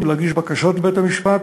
להגיש בקשות לבית-המשפט,